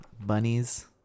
Bunnies